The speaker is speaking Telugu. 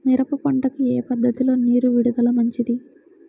మిరప పంటకు ఏ పద్ధతిలో నీరు విడుదల మంచిది?